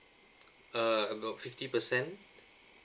uh about fifty percent